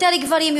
יותר גברים,